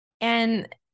And-